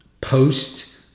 post-